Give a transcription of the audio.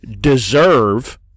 deserve